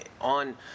on